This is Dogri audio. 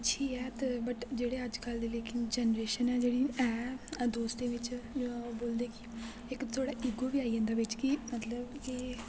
अच्छी ऐ ते बट जेह्ड़े अज्जकल दी लेकिन जनरेशन ऐ जेह्ड़ी ऐ दोस्तें बिच्च बोलदे कि इक थोह्ड़ा इगो बी आई जन्दा बिच्च मतलब कि